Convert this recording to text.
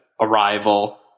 Arrival